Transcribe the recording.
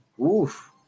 oof